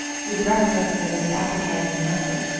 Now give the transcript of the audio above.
he breakfasted with appetite and method,